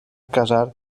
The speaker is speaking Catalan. casar